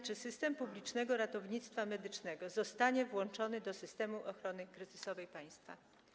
Czy system publicznego ratownictwa medycznego zostanie włączony do systemu ochrony kryzysowej państwa?